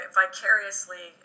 vicariously